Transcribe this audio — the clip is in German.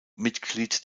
mitglied